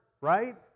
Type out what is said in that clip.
right